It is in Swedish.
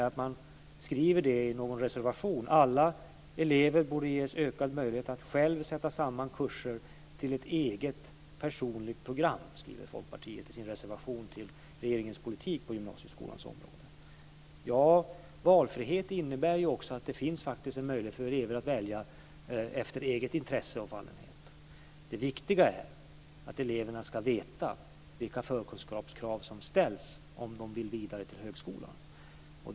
Alla elever borde ges ökad möjlighet att själva sätta samman kurser till ett eget personligt program, skriver Folkpartiet i sin reservation mot regeringens politik på gymnasieskolans område. Valfrihet innebär ju också att det finns en möjlighet för elever att välja efter eget intresse och egen fallenhet. Det viktiga är att eleverna ska veta vilka förkunskapskrav som ställs, om de vill vidare till högskolan.